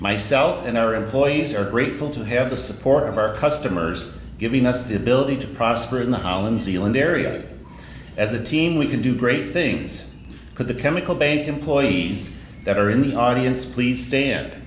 myself and our employees are grateful to have the support of our customers giving us the ability to prosper in the holland zealand area as a team we can do great things for the chemical bank employees that are in the audience please stand